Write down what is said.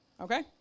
okay